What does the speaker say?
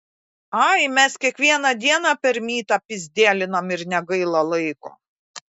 ai mes kiekvieną dieną per mytą pyzdėlinam ir negaila laiko